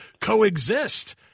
coexist